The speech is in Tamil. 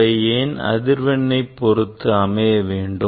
அவை ஏன் அதிர்வெண்ணை பொருத்து அமைய வேண்டும்